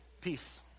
Peace